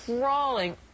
crawling